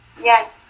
Yes